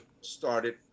started